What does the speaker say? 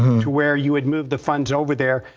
where you would move the funds over there.